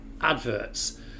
adverts